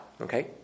Okay